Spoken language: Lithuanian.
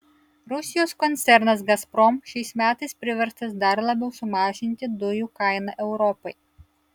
rusijos koncernas gazprom šiais metais priverstas dar labiau sumažinti dujų kainą europai